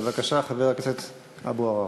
בבקשה, חבר הכנסת אבו עראר.